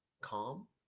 calm